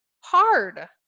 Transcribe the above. hard